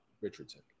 Richardson